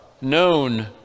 known